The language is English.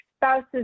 Spouses